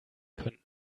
könnten